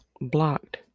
blocked